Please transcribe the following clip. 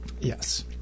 Yes